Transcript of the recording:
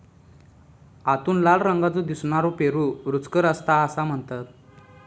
आतून लाल रंगाचो दिसनारो पेरू रुचकर असता असा म्हणतत